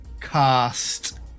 cast